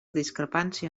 discrepància